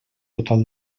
total